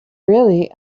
really